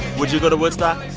would you go to woodstock?